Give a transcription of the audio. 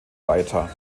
weiter